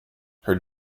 her